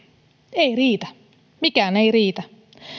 ei riitä mikään ei riitä